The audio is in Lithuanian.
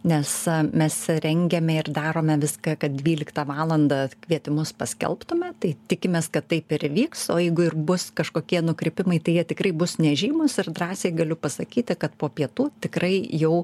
nes mes rengiame ir darome viską kad dvyliktą valandą kvietimus paskelbtume tai tikimės kad taip ir įvyks o jeigu ir bus kažkokie nukrypimai tai jie tikrai bus nežymūs ir drąsiai galiu pasakyti kad po pietų tikrai jau